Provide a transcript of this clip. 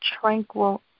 tranquil